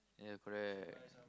ya correct